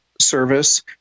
service